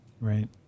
Right